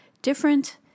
Different